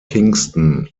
kingston